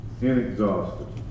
Inexhaustible